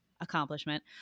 accomplishment